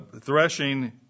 threshing